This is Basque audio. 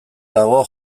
dago